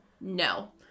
no